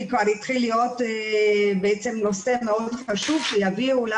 כי כבר התחיל להיות בעצם נושא מאוד חשוב שיביאו לנו